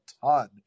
ton